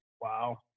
Wow